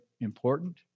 important